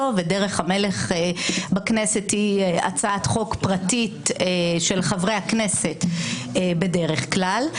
ודרך המלך בכנסת היא הצעת חוק פרטית של חברי הכנסת בדרך כלל.